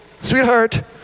Sweetheart